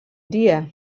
dia